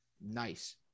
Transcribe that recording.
Nice